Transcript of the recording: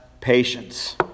patience